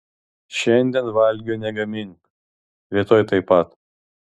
šiandien valgio negamink rytoj taip pat